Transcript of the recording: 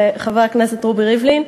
לחבר הכנסת רובי ריבלין,